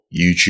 YouTube